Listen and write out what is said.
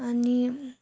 अनि